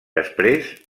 després